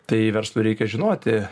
tai verslui reikia žinoti